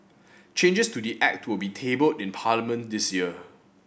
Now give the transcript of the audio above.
changes to the Act will be tabled in Parliament this year